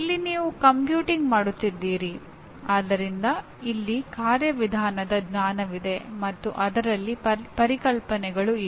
ಇಲ್ಲಿ ನೀವು ಲೆಕ್ಕ ಮಾಡುತ್ತಿದ್ದೀರಿ ಆದ್ದರಿಂದ ಇಲ್ಲಿ ಕಾರ್ಯವಿಧಾನದ ಜ್ಞಾನವಿದೆ ಮತ್ತು ಅದರಲ್ಲಿ ಪರಿಕಲ್ಪನೆಗಳು ಇವೆ